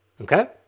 Okay